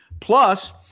plus